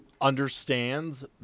understands